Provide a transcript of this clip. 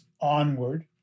onward